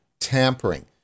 tampering